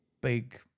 big